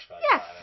Yes